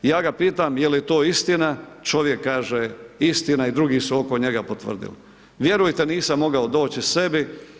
Ja ga pitam jel je to istina, čovjek kaže istina i drugi su oko njega potvrdili, vjerujte, nisam mogao doći sebi.